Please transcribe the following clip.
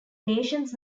nations